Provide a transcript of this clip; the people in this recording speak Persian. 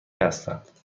هستند